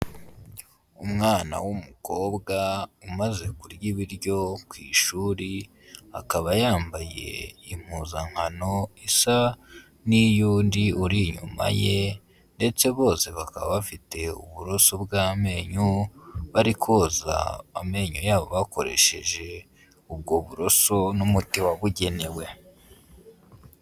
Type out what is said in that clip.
Umwana w'umukobwa umaze kurya ibiryo ku ishuri, akaba yambaye impuzankano isa n'iy'undi uri inyuma ye ndetse bose bakaba bafite uburoso bw'amenyo bari koza amenyo yabo bakoresheje ubwo buroso n'umuti wabugenewe.